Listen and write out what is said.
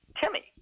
Timmy